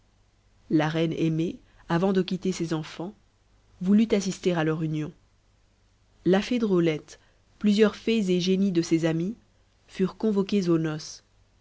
la reine aimée avant de quitter ses enfants voulut assister à leur union la fée drôlette plusieurs fées et génies de ses amis furent convoqués